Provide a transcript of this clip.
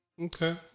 Okay